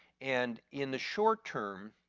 and in the short term,